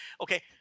okay